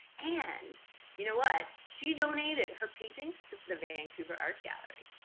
and you know what? she donated her paintings to the vancouver art gallery,